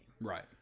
Right